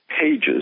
pages